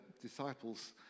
disciples